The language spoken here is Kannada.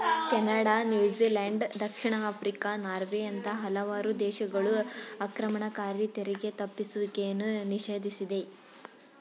ಕೆನಡಾ, ನ್ಯೂಜಿಲೆಂಡ್, ದಕ್ಷಿಣ ಆಫ್ರಿಕಾ, ನಾರ್ವೆಯಂತ ಹಲವಾರು ದೇಶಗಳು ಆಕ್ರಮಣಕಾರಿ ತೆರಿಗೆ ತಪ್ಪಿಸುವಿಕೆಯನ್ನು ನಿಷೇಧಿಸಿದೆ